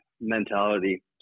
mentality